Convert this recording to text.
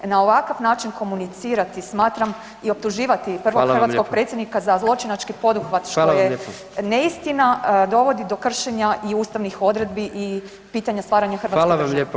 Na ovakav način komunicirati, smatram i optuživati prvog hrvatskog Predsjednika [[Upadica predsjednik: Hvala vam lijepa.]] za zločinački poduhvat što je [[Upadica predsjednik: Hvala vam lijepo.]] neistina, dovodi do kršenja i ustavnih odredbi i pitanja stvaranja hrvatske države.